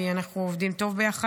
כי אנחנו עובדים טוב ביחד,